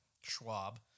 Schwab